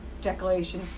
declaration